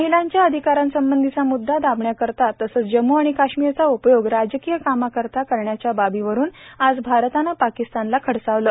महिलांच्या अधिकारासंबंधिचा मुद्दा दाबण्याकरिता तसंच जम्मू आणि काश्मीरचा उपयोग राजकीय कामाकरिता करण्याच्या बाबीवरून आज भारतानं पाकिस्तानला खडसावलं